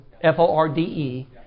F-O-R-D-E